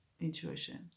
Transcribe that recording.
intuition